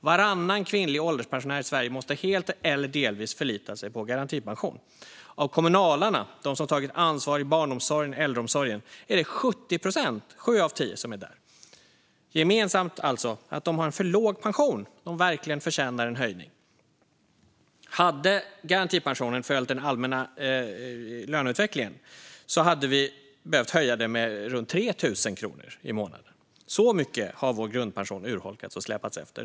Varannan kvinnlig ålderspensionär i Sverige måste helt eller delvis förlita sig på garantipension. Av kommunalarna, de som tagit ansvar i barnomsorgen och äldreomsorgen, är det 70 procent, sju av tio, som är där. Det de har gemensamt är att de har en för låg pension. De förtjänar verkligen en höjning. Hade garantipensionen följt den allmänna löneutvecklingen så hade vi behövt höja den med runt 3 000 kronor i månaden. Så mycket har vår grundpension urholkats och släpat efter.